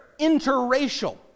interracial